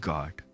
God